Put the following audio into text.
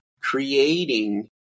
creating